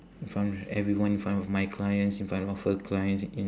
in front of everyone in front of my clients in front of her clients i~